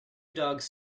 dogs